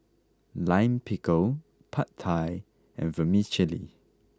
Lime Pickle Pad Thai and Vermicelli